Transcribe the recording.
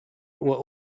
were